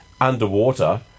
underwater